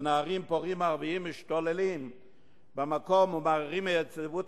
ונערים ערבים פורעים משתוללים במקום ומערערים את היציבות